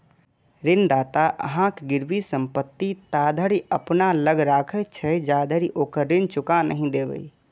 ऋणदाता अहांक गिरवी संपत्ति ताधरि अपना लग राखैत छै, जाधरि ओकर ऋण चुका नहि देबै